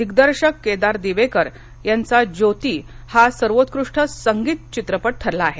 दिग्दर्शक केदार दिवेकर यांचा ज्योती हा सर्वोत्कृष्ट संगीत चित्रपट ठरला आहे